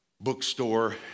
Bookstore